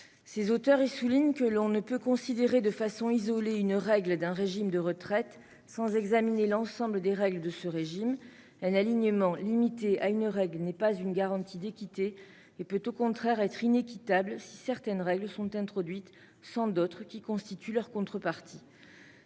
Ses auteurs y soulignent que « l'on ne peut considérer de façon isolée une règle d'un régime de retraite sans examiner l'ensemble des règles de ce régime : un alignement limité à une règle n'est pas une garantie d'équité et peut, au contraire, être inéquitable si certaines règles sont introduites sans d'autres qui constituent leur contrepartie.